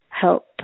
help